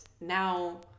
now